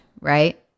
right